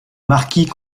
marquis